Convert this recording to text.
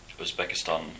Uzbekistan